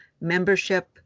membership